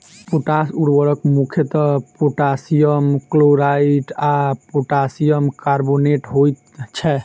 potash उर्वरक मुख्यतः potassium chloride आ पोटासियम कार्बोनेट होइत छै